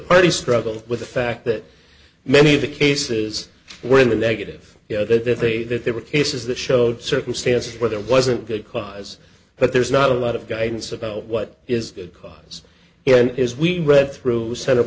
party struggled with the fact that many of the cases were in the negative you know that if they that there were cases that showed circumstances where there wasn't good cause but there's not a lot of guidance about what is good cause here is we read through cent